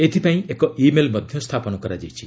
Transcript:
ଏଥିପାଇଁ ଏକ email ମଧ୍ୟ ସ୍ଥାପନ କରାଯାଇଛି